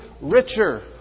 richer